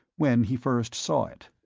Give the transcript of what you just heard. when he first saw it.